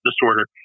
disorder